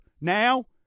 now